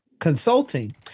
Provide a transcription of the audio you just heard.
consulting